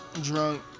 Drunk